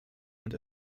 und